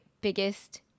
biggest